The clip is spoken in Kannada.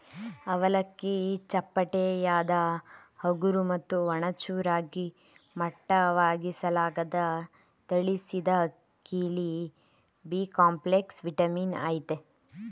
ಅವಲಕ್ಕಿ ಚಪ್ಪಟೆಯಾದ ಹಗುರ ಮತ್ತು ಒಣ ಚೂರಾಗಿ ಮಟ್ಟವಾಗಿಸಲಾದ ತಳಿಸಿದಅಕ್ಕಿಲಿ ಬಿಕಾಂಪ್ಲೆಕ್ಸ್ ವಿಟಮಿನ್ ಅಯ್ತೆ